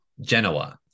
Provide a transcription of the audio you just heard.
genoa